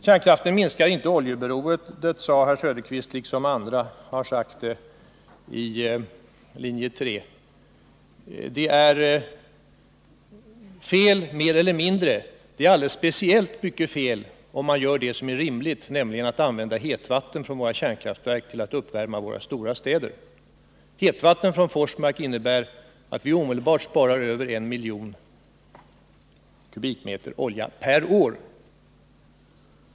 Kärnkraften minskar inte oljeberoendet, säger herr Söderqvist och de övriga som står bakom linje 3. Det är mer eller mindre fel. Det är alldeles speciellt mycket fel om man gör det som är rimligt, nämligen använder hetvatten från kärnkraftverken för att uppvärma våra större städer. Hetvatten från Forsmark innebär att vi sparar över 1 miljon kubikmeter olja per år.